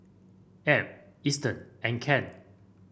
Ab Easton and Kent